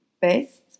best